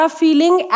feeling